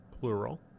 plural